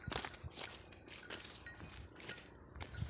Cultivator ಉಪಕರಣ ಯಾವದಕ್ಕ ಸಂಬಂಧ ಪಟ್ಟಿದ್ದು?